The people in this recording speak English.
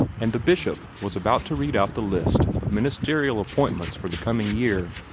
and the bishop was about to read out the list of ministerial appointments for the coming year.